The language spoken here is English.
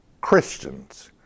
Christians